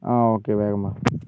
ആ ഓക്കേ വേഗം വാ